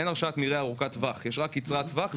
אין הרשאת מרעה ארוכת טווח יש רק קצרת טווח,